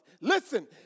listen